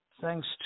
thanks